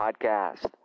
Podcast